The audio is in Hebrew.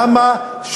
למה,